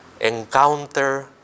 encounter